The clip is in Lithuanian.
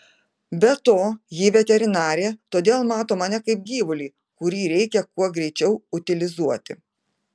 be to ji veterinarė todėl mato mane kaip gyvulį kurį reikia kuo greičiau utilizuoti